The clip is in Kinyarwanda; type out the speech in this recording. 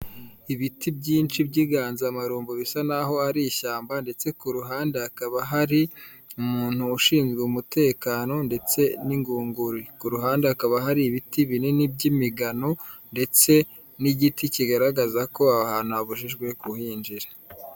Ibiti byinshi by'inganzamarumbo bisa n'aho ari ishyamba, ndetse ku ruhande hakaba hari umuntu ushinzwe umutekano ndetse n'ingunguru. Ku ruhande hakaba hari ibiti binini by'imigano ndetse n'igiti kigaragaza ko aho hantu habujijwe kuhinjira.